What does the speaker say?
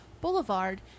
Boulevard